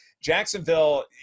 Jacksonville